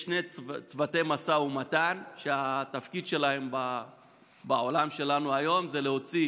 יש שני צוותי משא ומתן שהתפקיד שלהם בעולם שלנו היום זה להוציא